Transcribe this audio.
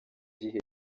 gihe